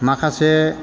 माखासे